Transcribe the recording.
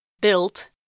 Built